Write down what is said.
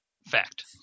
fact